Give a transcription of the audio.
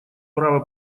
право